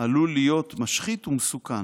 עלול להיות משחית ומסוכן,